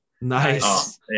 Nice